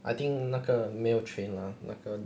I think 那个没有 train lah 那个